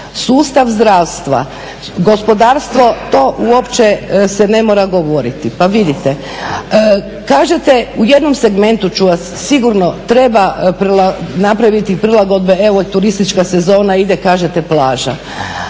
sustav zdravstva, gospodarstvo to uopće se ne mora govoriti pa vidite. Kažete u jednom segmentu ću vam sigurno napraviti prilagodbe evo i turistička sezona ide kažete plaža.